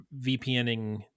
VPNing